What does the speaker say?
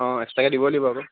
অঁ এক্সট্ৰাকৈ দিব লাগিব আকৌ